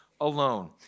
alone